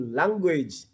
language